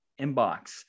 inbox